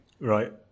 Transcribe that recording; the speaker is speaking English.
Right